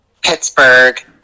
Pittsburgh